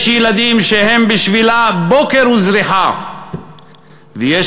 יש ילדים שהם בשבילה בוקר וזריחה ויש